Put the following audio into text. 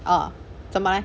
orh 做么 leh